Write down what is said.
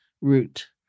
root